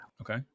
Okay